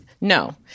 No